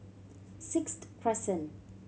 Sixth Crescent